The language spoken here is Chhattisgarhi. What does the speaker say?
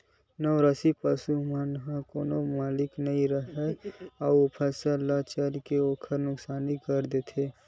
लवारिस पसू मन के कोनो मालिक नइ राहय अउ फसल ल चर के ओखर नुकसानी कर देथे